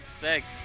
Thanks